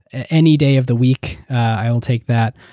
any day of the week i will take that.